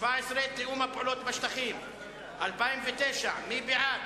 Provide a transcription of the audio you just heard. תקציבי 15, משרד הביטחון, 2010. מי בעד?